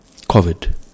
COVID